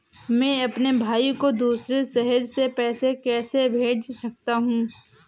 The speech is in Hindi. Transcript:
मैं अपने भाई को दूसरे शहर से पैसे कैसे भेज सकता हूँ?